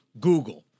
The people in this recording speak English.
Google